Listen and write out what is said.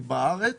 והיא בארץ